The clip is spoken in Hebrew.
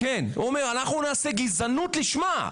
כן, הוא אומר אנחנו נעשה גזענות לשמה,